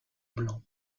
blanc